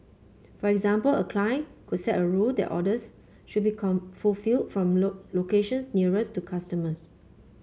for example a client could set a rule that orders should be come fulfilled from look locations nearest to customers